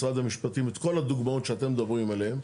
משרד המשפטים את כל הדוגמאות שאתם מדברים עליהם,